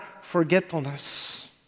forgetfulness